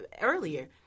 earlier